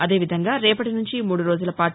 అదేవిధంగా రేపటి నుంచి మూడు రోజులపాటు